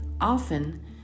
Often